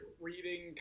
reading